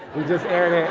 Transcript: we just aired